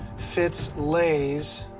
fits lays